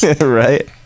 Right